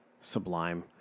Sublime